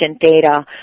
data